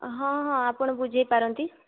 ହଁ ହଁ ଆପଣ ବୁଝେଇ ପାରନ୍ତି